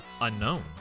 Unknown